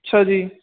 ਅੱਛਾ ਜੀ